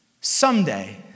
someday